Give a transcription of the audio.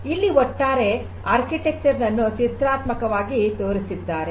ಇಲ್ಲಿ ಒಟ್ಟಾರೆ ವಾಸ್ತುಶಿಲ್ಪವನ್ನು ಚಿತ್ರಾತ್ಮಕ ವಾಗಿ ತೋರಿಸಿದ್ದಾರೆ